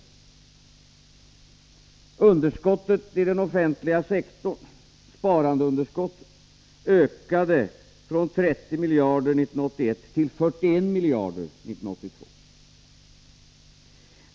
Sparandeunderskottet i den offentliga sektorn ökade från 30 miljarder 1981 till 41 miljarder 1982.